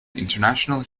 international